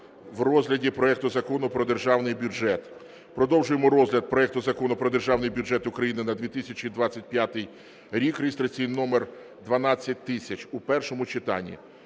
в розгляді проекту Закону про Державний бюджет. Продовжуємо розгляд проекту Закону про Державний бюджет України на 2025 рік (реєстраційний номер 12000) у першому читанні.